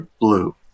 blue